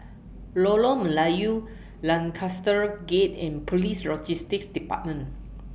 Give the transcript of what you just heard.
Lorong Melayu Lancaster Gate and Police Logistics department